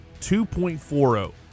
2.40